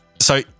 So-